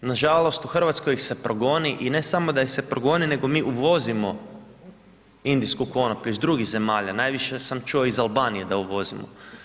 Nažalost u Hrvatskoj ih se progoni i ne samo da ih progoni nego mi uvozimo indijsku konoplju iz drugih zemalja, najviše sam čuo iz Albanije da uvozimo.